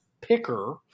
picker